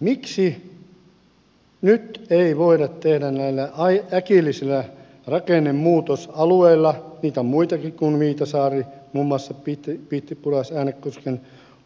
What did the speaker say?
miksi nyt ei voida tehdä näillä äkillisen rakennemuutoksen alueilla niitä on muitakin kuin viitasaari muun muassa pihtipudas äänekosken